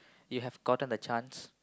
you've gotten the chance